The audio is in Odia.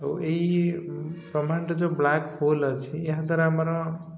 ଆଉ ଏଇ ପ୍ରମାଣଟା ଯେଉଁ ବ୍ଲାକ୍ହୋଲ୍ ଅଛି ଏହାଦ୍ୱାରା ଆମର